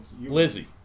Lizzie